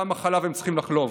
כמה חלב הם צריכים לחלוב.